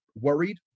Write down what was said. worried